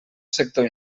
sector